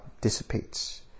dissipates